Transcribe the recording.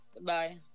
Bye